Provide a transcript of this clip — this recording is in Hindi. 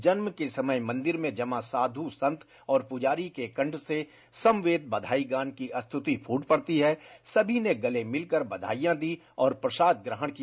जन्म के समय मंदिर में जमा साधू संत और पुजारी के कंठ से समवेत बधाई गान की स्तुति फूट पड़ती है सभी ने गले मिलकर बधाइयां दीं और प्रसाद ग्रहण किया